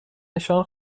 نشان